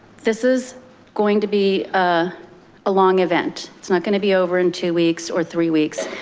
this is going to be ah a long event, it's not gonna be over in two weeks or three weeks.